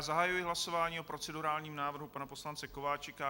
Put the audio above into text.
Zahajuji hlasování (číslo 6) o procedurálním návrhu pana poslance Kováčika.